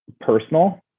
personal